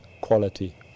quality